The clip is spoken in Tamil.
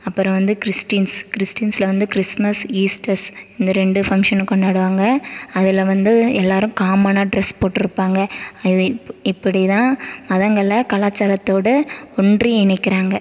அப்புறம் வந்து கிறிஸ்டின்ஸ் கிறிஸ்டின்சில் வந்து கிறிஸ்துமஸ் ஈஸ்ட்டர்ஸ் இந்த ரெண்டு ஃபங்ஷனும் கொண்டாடுவாங்க அதில் வந்து எல்லோரும் காமன்னாக டிரஸ் போட்டிருப்பாங்க அது இப்படி தான் மதங்களைக் கலாச்சாரத்தோடு ஒன்று இணைக்கிறாங்க